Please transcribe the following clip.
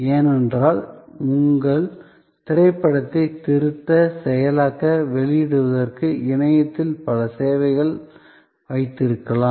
ஏனென்றால் உங்கள் திரைப்படத்தை திருத்த செயலாக்க வெளியிடுவதற்கு இணையத்தில் பல சேவைகள் வைத்திருக்கலாம்